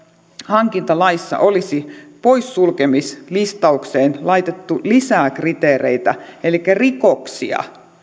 hankintalaissa olisi poissulkemislistaukseen laitettu lisää kriteereitä elikkä rikoksia